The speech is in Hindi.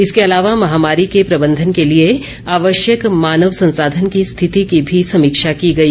इसके अलावा महामारी के प्रबंधन के लिए आवश्यक मानव संसाधन की स्थिति की भी समीक्षा की गई